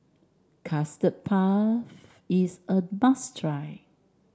Custard Puff is a must try